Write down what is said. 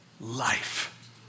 life